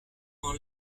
dans